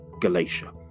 Galatia